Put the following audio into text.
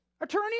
attorney